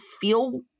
feel